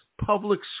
public